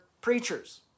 preachers